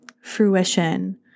fruition